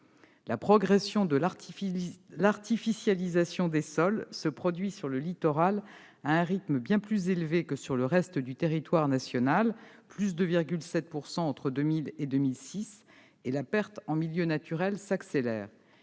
La progression de l'artificialisation des sols se poursuit sur le littoral à un rythme bien plus élevé que sur le reste du territoire national- avec une hausse de 2,7 % entre 2000 et 2006 -et la perte en milieux naturels s'accélère.